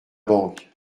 banque